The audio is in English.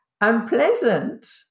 Unpleasant